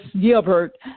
Gilbert